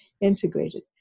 integrated